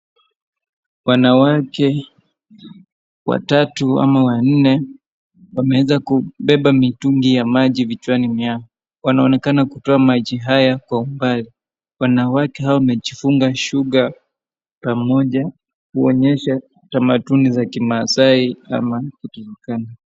Wanawake watatu ama wanne wameeza kubeba mitungi ya maji vichwani mwao, wanaonekana kutoa maji hayo kwa umbali. Wanawake hao wamejifunga shuka pamoja kuonyesha utamanduni za kimasai ama Turkana.